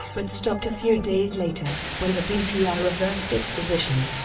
but stopped a few days later, when the bpi reversed its position.